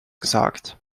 gesagt